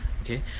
okay